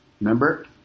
remember